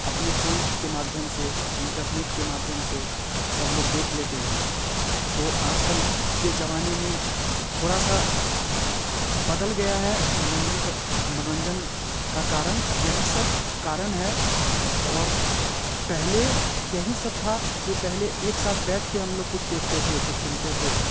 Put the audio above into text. अपने फोन के माध्यम से इन्टरनेट के माध्यम से सब लोग देख लेते हैं तो आज कल के ज़माने में थोड़ा सा बदल गया है मनोरंजन का मनोरंजन का कारण यही सब कारण है और पहले यही सब था जो पहले एक साथ बैठ के हम लोग कुछ देखते थे कुछ सुनते थे